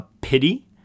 pity